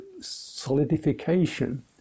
solidification